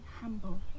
humble